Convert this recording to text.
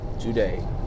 today